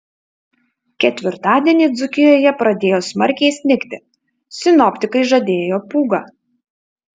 ketvirtadienį dzūkijoje pradėjo smarkiai snigti sinoptikai žadėjo pūgą